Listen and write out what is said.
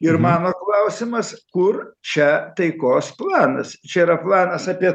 ir mano klausimas kur čia taikos planas čia yra planas apie